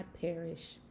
perish